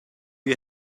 you